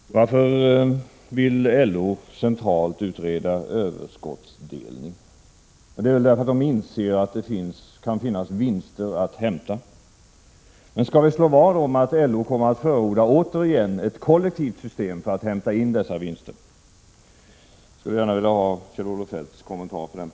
Herr talman! Varför vill LO centralt utreda överskottsdelning. Jo, det vill väl LO därför att LO inser att det kan finnas vinster att hämta. Skall vi slå vad 39 om att LO återigen kommer att förorda ett kollektivt system för att hämta in dessa vinster? Jag skulle gärna vilja ha Kjell-Olof Feldts kommentar på den punkten.